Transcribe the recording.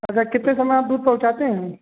अच्छा कितने समय आप दूध पहुँचाते हैं